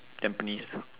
tampines